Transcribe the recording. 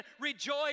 rejoice